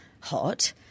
hot